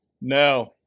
No